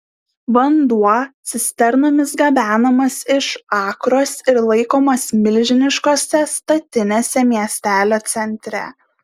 vanduo cisternomis gabenamas iš akros ir laikomas milžiniškose statinėse miestelio centre